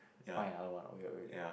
find out what okay wait